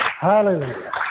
Hallelujah